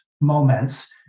moments